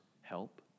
help